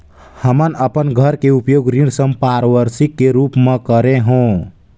हमन अपन घर के उपयोग ऋण संपार्श्विक के रूप म करे हों